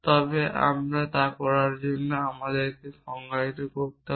তবে আমরা তা করার আগে আমাদেরকে সংজ্ঞায়িত করতে হবে